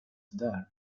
där